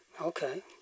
okay